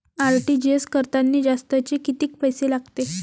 RTGS करतांनी जास्तचे कितीक पैसे लागते?